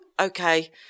okay